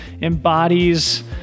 embodies